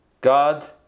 God